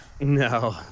No